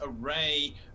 array